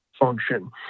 function